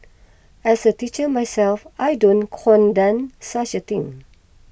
as a teacher myself I don't condone such a thing